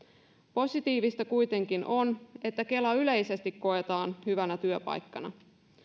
positiivista kuitenkin on että kela yleisesti koetaan hyvänä työpaikkana